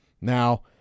Now